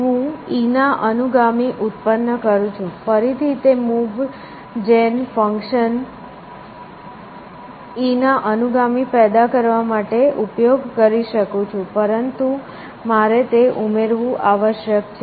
હું E ના અનુગામી ઉત્પન્ન કરું છું ફરીથી તે જ મૂવ જેન ફંક્શન હું E ના અનુગામી પેદા કરવા માટે ઉપયોગ કરી શકું છું પરંતુ મારે તે ઉમેરવું આવશ્યક છે